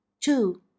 two